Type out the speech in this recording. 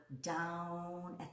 down